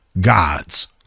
God's